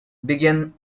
began